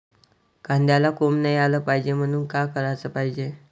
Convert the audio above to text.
कांद्याला कोंब नाई आलं पायजे म्हनून का कराच पायजे?